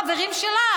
חברים שלך,